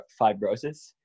fibrosis